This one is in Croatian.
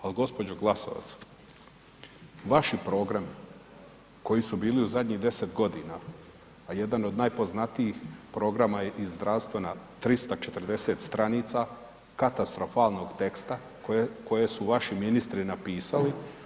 Ali gospođo Glasovac, vaši programi koji su bili u zadnjih deset godina, a jedan od najpoznatijih programa je i zdravstvena 340 stranica katastrofalnog teksta koje su vaši ministri napisali.